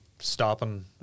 Stopping